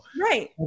Right